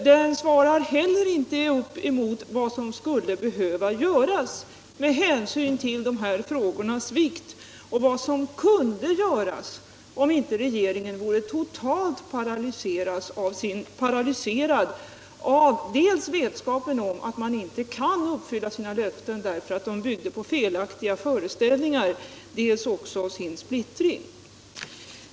Förslaget svarar inte heller mot vad som skulle kunna behöva göras med hänsyn till dessa frågors vikt och vad som kunde göras om inte regeringen vore totalt paralyserad av dels vetskapen om att man inte kan uppfylla sina löften, eftersom de byggde på felaktiga föreställningar, dels sin splittring.